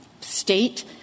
state